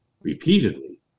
repeatedly